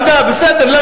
למדה, למדה, בסדר.